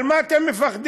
על מה אתם מפחדים?